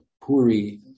puri